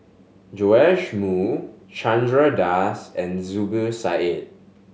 Joash Moo Chandra Das and Zubir Said